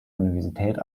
universität